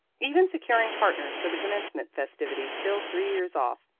even securing partners for the commencement festivities still three years off,